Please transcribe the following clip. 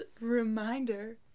Reminder